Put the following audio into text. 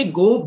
go